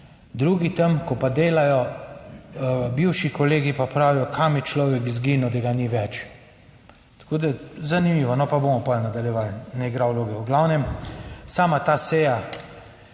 drugi tam, ko pa delajo, bivši kolegi, pa pravijo, kam bi človek izginil, da ga ni več. Tako da zanimivo. No, pa bomo pa nadaljevali, ne igra vloge. V glavnem sama ta seja,